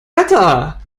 wetter